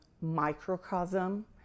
microcosm